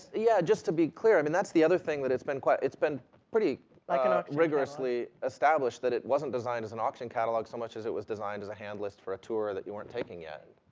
yeah, just to be clear, i mean, that's the other thing that it's been quite, it's been pretty like ah rigorously established that it wasn't designed as an auction catalog so much as it was designed as a hand list for a tour that you weren't taking yet.